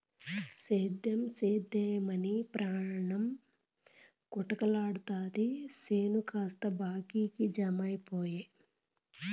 సేద్దెం సేద్దెమని పాణం కొటకలాడతాది చేను కాస్త బాకీకి జమైపాయె